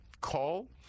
call